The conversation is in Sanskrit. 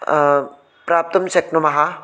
प्राप्तुं शक्नुमः